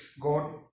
God